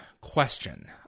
question